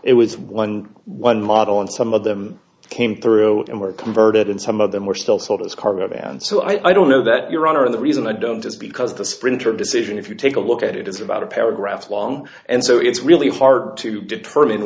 it was one one model and some of them came through and were converted and some of them were still sold as cargo van so i don't know that your honor of the reason i don't is because the sprinter decision if you take a look at it is about a paragraph long and so it's really hard to determine